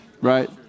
Right